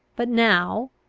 but now,